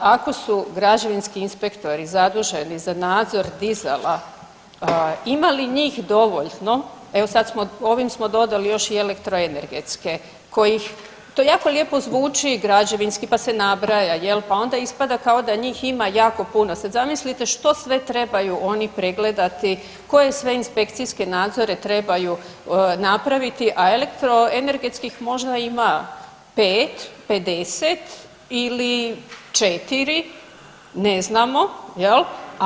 Ako su građevinski inspektori zaduženi za nadzor dizela, ima li njih dovoljno, evo sad smo, ovim smo dodali još i elektroenergetske kojih, to jako lijepo zvuči, građevinski, pa se nabraja, je li, pa onda ispada kao da njih ima jako puno, sad zamislite što sve trebaju oni pregledati, koje sve inspekcijske nadzore trebaju napraviti, a elektroenergetskih možda ima 5, 50 ili 4, ne znamo, je li?